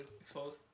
Exposed